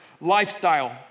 lifestyle